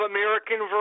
American